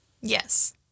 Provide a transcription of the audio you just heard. Yes